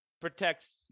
protects